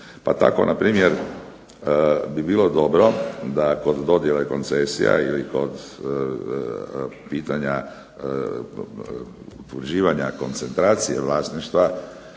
Pa tako na primjer bi bilo dobro da kod dodjele koncesija ili kod pitanja utvrđivanja koncentracije vlasništva